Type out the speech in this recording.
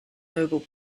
noble